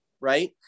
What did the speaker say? right